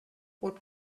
what